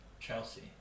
Chelsea